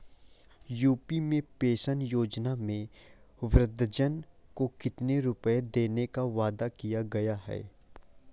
UP pension योजना में वृद्धजन को कितनी रूपये देने का वादा किया गया है?